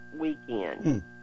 weekend